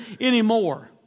anymore